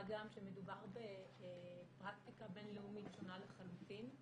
מה גם שמדובר בפרקטיקה בין-לאומית שונה לחלוטין.